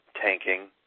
tanking